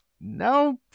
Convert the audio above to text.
Nope